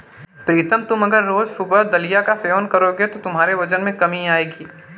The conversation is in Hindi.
प्रीतम तुम अगर रोज सुबह दलिया का सेवन करोगे तो तुम्हारे वजन में कमी आएगी